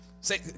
say